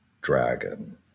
dragon